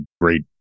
great